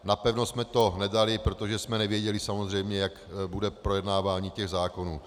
Napevno jsme to nedali, protože jsme nevěděli samozřejmě, jak bude projednávání těch zákonů.